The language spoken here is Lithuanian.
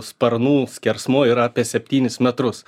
sparnų skersmuo yra apie septynis metrus